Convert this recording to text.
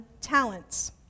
talents